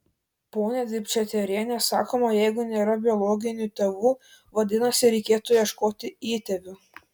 pone dičpetriene sakoma jeigu nėra biologinių tėvų vadinasi reikėtų ieškoti įtėvių